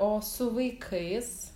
o su vaikais